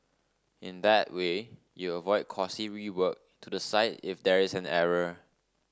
in that way you avoid costly rework to the site if there is an error